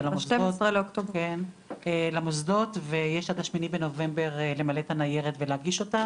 למוסדות ויש עד ה-8 בנובמבר למלא את הניירת ולהגיש אותה.